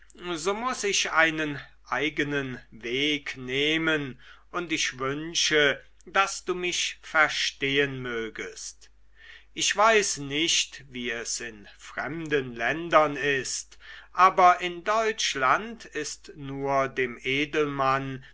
so muß ich einen eigenen weg nehmen und ich wünsche daß du mich verstehen mögest ich weiß nicht wie es in fremden ländern ist aber in deutschland ist nur dem edelmann